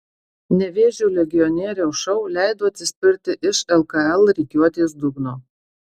nevėžio legionieriaus šou leido atsispirti iš lkl rikiuotės dugno